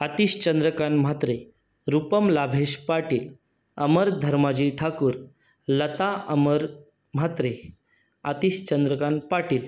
Atish Chandrakant Mhatre Rupam Labhesh Patil Amar Dharmaji Thakur Lata Amar Mhatre Atish Chandrakant Patil